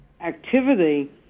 activity